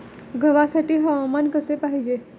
गव्हासाठी हवामान कसे पाहिजे?